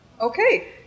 Okay